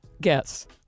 Guess